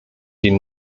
die